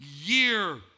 year